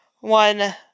one